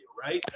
right